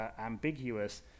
ambiguous